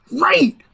Right